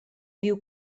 viu